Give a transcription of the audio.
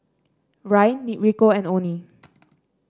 Ryne Rico and Onnie